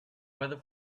weather